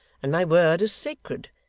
and my word is sacred.